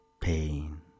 pain